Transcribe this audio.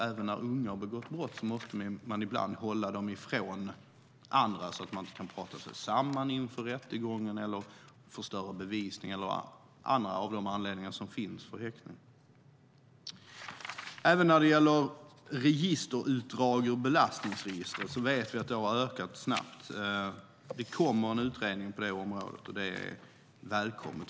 Även när unga har begått brott är det klart att man ibland måste hålla dem ifrån andra, så att de inte kan prata sig samman inför rättegången eller förstöra bevisning, eller av någon annan anledning som finns för häktning. Registerutdrag ur belastningsregistret vet vi har ökat snabbt. Det kommer en utredning på det området, och det är välkommet.